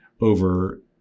over